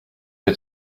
her